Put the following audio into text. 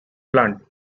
plant